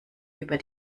über